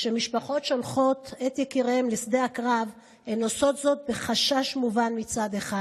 כשמשפחות שולחות את יקיריהן לשדה הקרב הן עושות זאת בחשש מובן מצד אחד,